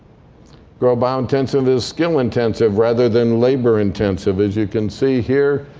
grow biointensive is skill-intensive, rather than labor-intensive. as you can see here,